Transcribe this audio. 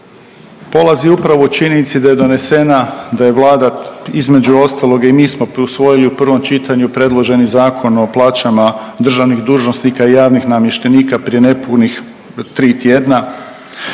polazi upravo u činjenici da je donesena, da je Vlada između ostaloga i mi smo tu usvojili u prvom čitanju predloženi Zakon o plaćama državnih dužnosnika i javnih namještenika prije nepunih tri tjedna.